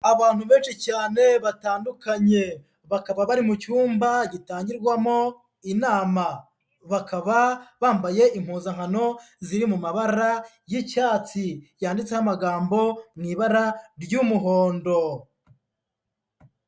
Abantu benshi cyane batandukanye, bakaba bari mu cyumba gitangirwamo inama, bakaba bambaye impuzankano ziri mu mabara y'icyatsi yanditseho amagambo mu ibara ry'umuhondo.